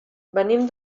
venim